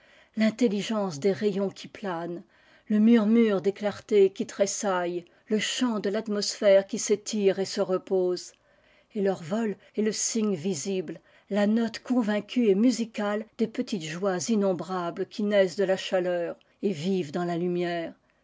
tintelligence des rayons qui planent le murmure des clartés qui tressaillent le chant de tatmosphère qui s'élire et se repose et leur vol est le signe visible la note convaincue et musicale des petites joies innombrables qui naissent de la chaleur et vivent dans la lumière